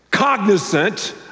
cognizant